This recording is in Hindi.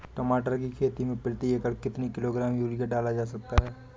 टमाटर की खेती में प्रति एकड़ कितनी किलो ग्राम यूरिया डाला जा सकता है?